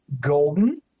golden